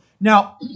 Now